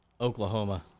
Oklahoma